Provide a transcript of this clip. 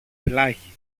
πλάγι